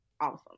awesome